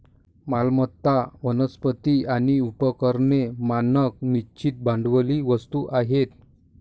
मालमत्ता, वनस्पती आणि उपकरणे मानक निश्चित भांडवली वस्तू आहेत